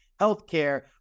Healthcare